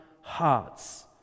hearts